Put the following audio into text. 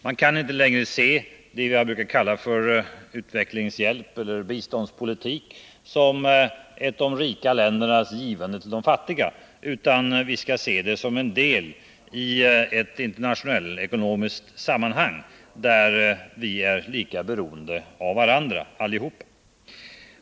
Man kan inte längre se det vi har brukat kalla utvecklingshjälp eller biståndspolitik som ett de rika ländernas givande till de fattiga, utan vi skall se det som en del av ett internationellt ekonomiskt sammanhang där vi alla är lika beroende av varandra.